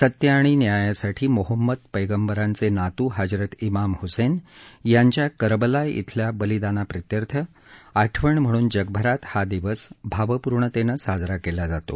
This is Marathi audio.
सत्य आणि न्यायासाठी मोहम्मद पैगंबरांचे नातू हजरत माम हुसैन यांच्या करबला श्विल्या बलिदाना प्रित्यर्थ आठवण म्हणून जगभरात हा दिवस भावपूर्णतेनं साजरा केला जातो